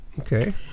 okay